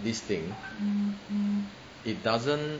this thing it doesn't